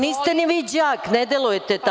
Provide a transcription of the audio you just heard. Niste ni vi đak, ne delujte tako.